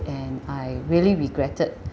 and I really regretted